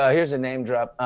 ah here's a name drop,